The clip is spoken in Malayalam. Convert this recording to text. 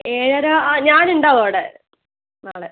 ഏഴര ആ ഞാനുണ്ടാവും അവിടെ നാളെ